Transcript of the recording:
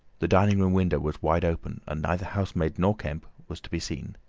the dining-room window was wide open, and neither housemaid nor kemp was to be seen.